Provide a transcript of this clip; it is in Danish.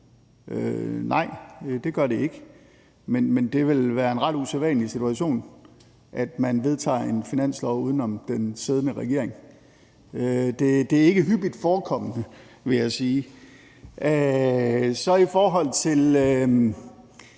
Nej, det gør det ikke. Men det ville være en ret usædvanlig situation, at man vedtager en finanslov uden om den siddende regering. Det er ikke hyppigt forekommende, vil jeg sige. Så i forhold til